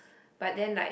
but then like